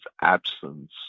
absence